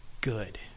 good